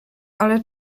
ale